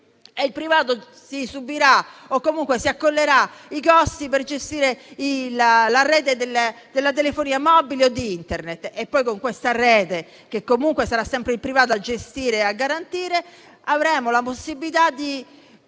o comunque si accollerà i costi per gestire la rete della telefonia mobile e di Internet e poi con questa rete, che comunque sarà sempre il privato a gestire e a garantire, avremo la possibilità di